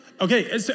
Okay